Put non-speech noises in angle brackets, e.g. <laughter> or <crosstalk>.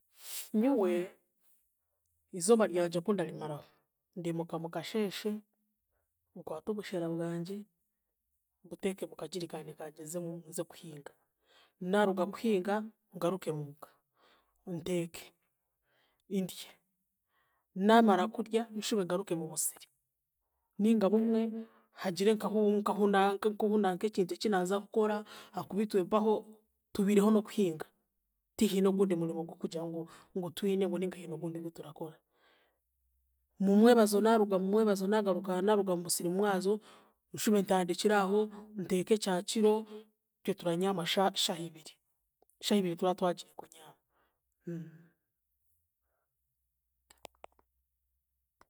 Nyowe, izooba ryangye oku ndarimaraho; ndimuka mukasheeshe, nkwate obushera bwangye, mbuteeke mukagirikaani kangye nzemu nzekuhinga, naaruga kuhinga, ngaruke muka, nteeke, ndye naamara kurya nshube ngaruke mu musiri nainga bumwe hagire nkahu nkahu, nkahunanka ekintu eki naaza kukora ahakuba itwe mpaho tubiireho n'okuhinga, tihiine ogundi murimo gw'okugira ngu, ngu twine ninga ngu hiine ogundi ogu turakora. Mumwebazo naaruga mu mumwebazo naagaruka aha naaruga mu musiri mumwebazo nshube ntandikire aho nteeke kyakiro, itwe turanyaama sha- shahiibiri, shahiibiri tura twagiire kunyama. <hesitation>